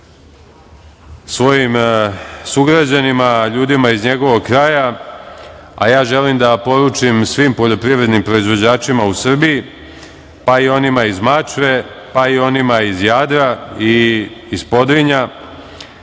svojim sugrađanima, ljudima iz njegovog kraja, a ja želim da poručim svim poljoprivrednim proizvođačima u Srbiji, pa i onima iz Mačve, pa i onima iz Jadra i iz Podrinja,